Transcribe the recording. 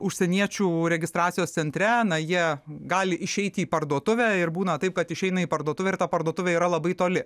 užsieniečių registracijos centre na jie gali išeiti į parduotuvę ir būna taip kad išeina į parduotuvę ir ta parduotuvė yra labai toli